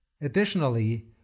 Additionally